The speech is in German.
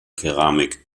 keramik